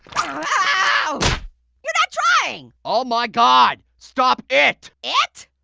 ah um you're not trying! all my god! stop it! it?